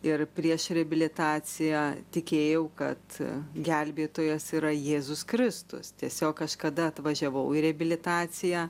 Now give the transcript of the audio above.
ir prieš reabilitaciją tikėjau kad gelbėtojas yra jėzus kristus tiesiog aš kada atvažiavau į reabilitaciją